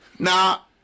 Now